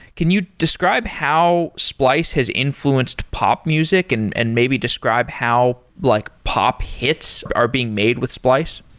can you describe how splice has influenced pop music and and maybe describe how like pop hits are being made with splice?